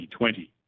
2020